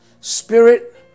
Spirit